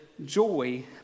Joy